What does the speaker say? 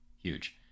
Huge